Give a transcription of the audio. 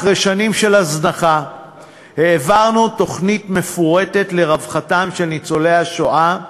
אחרי שנים של הזנחה העברנו תוכנית מפורטת לרווחתם של ניצולי השואה,